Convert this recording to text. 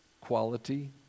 quality